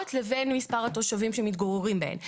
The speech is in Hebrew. לבין מספר התושבים שמתגוררים בהן.